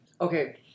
okay